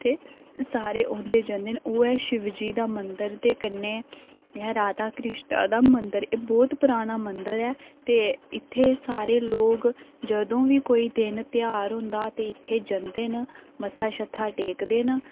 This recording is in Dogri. जित्थै सारे औंदे जंदे न ओह् ऐ शिवजी दा मंदर ते कन्नै राधा कृष्ण दा मदंर ऐ बहुत पराना मदंर ऐते इत्थे सारे लोक जंदू बी कोई दिन घ्यार होंदा ते इत्थै जंदे ना मत्था शत्था टेकदे न